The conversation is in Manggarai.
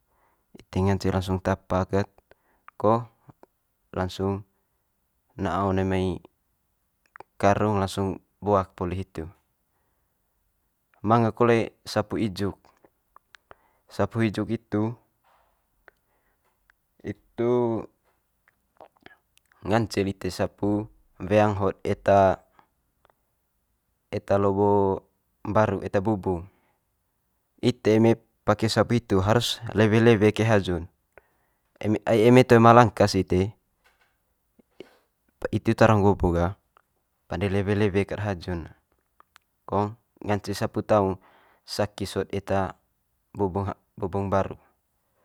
Ite ngance langsung tapa ket ko langsung na'a one mai karung langsung boak poli hitu. Manga kole sapu ijuk, sapu ijuk hitu hitu ngance lite sapu weang hot eta lobo mbaru eta bubung. Ite eme pake sapu hitu harus lewe lewe ke haju'n eme ai eme te ma langkas ite itu tara nggo bo ga pande lewe lewe ked haju'n ne kong ngance sapu taung saki sot eta bubung bubung mbaru.